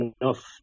enough